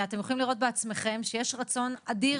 אתם יכולים לראות בעצמכם שיש רצון אדיר